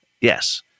Yes